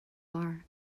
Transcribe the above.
are